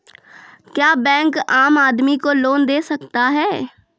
क्या बैंक आम आदमी को लोन दे सकता हैं?